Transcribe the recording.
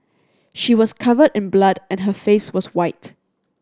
she was covered in blood and her face was white